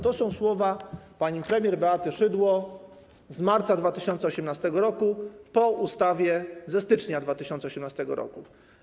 To są słowa pani premier Beaty Szydło z marca 2018 r., po ustawie ze stycznia 2018 r.